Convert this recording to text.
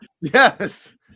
yes